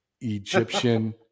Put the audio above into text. Egyptian